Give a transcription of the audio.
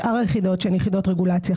שאר היחידות שהן יחידות רגולציה,